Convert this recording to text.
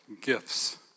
gifts